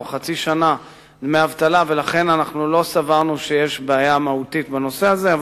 חצי שנה דמי אבטלה ולכן לא סברנו שיש בעיה מהותית בנושא הזה,